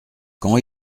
quand